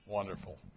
Wonderful